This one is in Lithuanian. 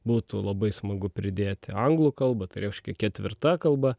būtų labai smagu pridėti anglų kalbą tai reiškia ketvirta kalba